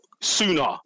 sooner